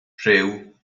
rhyw